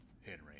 Henry